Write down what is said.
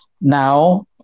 Now